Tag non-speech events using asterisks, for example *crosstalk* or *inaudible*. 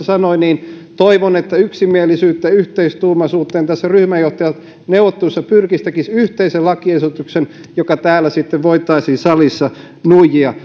*unintelligible* sanoi toivon että yksimielisyyteen yhteistuumaisuuteen tässä ryhmäjohtajat neuvotteluissa pyrkisivät tekisivät yhteisen lakiehdotuksen joka täällä salissa sitten voitaisiin nuijia *unintelligible*